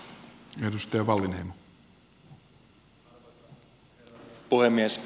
arvoisa herra puhemies